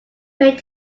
paid